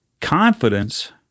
Confidence